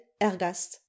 ergast